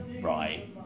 right